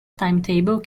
timetable